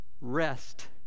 rest